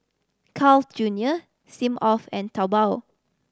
Carl's Junior Smirnoff and Taobao